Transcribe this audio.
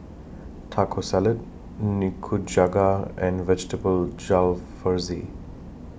Taco Salad Nikujaga and Vegetable Jalfrezi